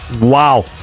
Wow